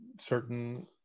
certain